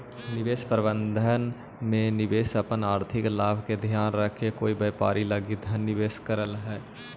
निवेश प्रबंधन में निवेशक अपन आर्थिक लाभ के ध्यान रखके कोई व्यापार लगी धन निवेश करऽ हइ